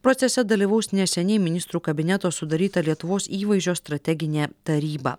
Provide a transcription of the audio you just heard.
procese dalyvaus neseniai ministrų kabineto sudaryta lietuvos įvaizdžio strateginė taryba